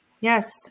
Yes